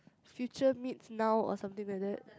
future meets now or something like that